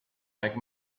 like